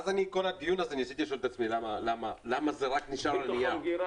כל הדיון הזה ניסיתי לשאול את עצמי: למה זה רק נשאר על הנייר?